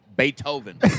Beethoven